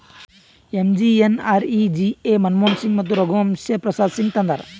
MGNREGA Manmohan Singh ಮತ್ತ ರಘುವಂಶ ಪ್ರಸಾದ್ ಸಿಂಗ್ ತಂದಾರ್